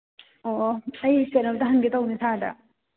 ꯑꯣꯑꯣ ꯑꯩꯁꯦ ꯀꯩꯅꯣꯝꯇ ꯍꯪꯒꯦ ꯇꯧꯅꯦ ꯁꯥꯔꯗ